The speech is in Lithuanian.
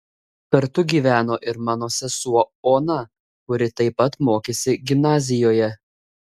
kartu gyveno ir mano sesuo ona kuri taip pat mokėsi gimnazijoje